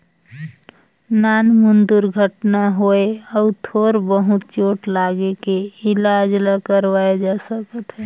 नानमुन दुरघटना होए अउ थोर बहुत चोट लागे के इलाज ल करवाए जा सकत हे